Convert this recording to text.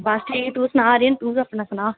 बस ठीक तू सनां आर्यन तू अपना सनाऽ